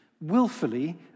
willfully